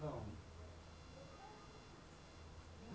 কাঠের বহুত রকম হ্যয় যেমল সেগুল কাঠ, শাল কাঠ ইত্যাদি